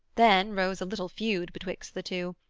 then rose a little feud betwixt the two,